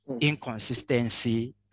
inconsistency